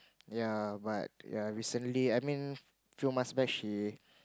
ya but ya recently I mean few months back she